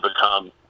become